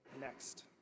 next